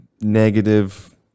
negative